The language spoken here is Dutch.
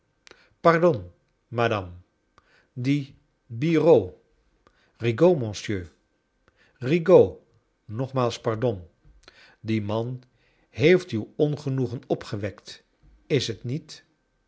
pardon madame die bira ud bigaud monsieur rigaud nogmaals pardon die man heeft uw ongenoegen opgewekt is t niet